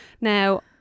Now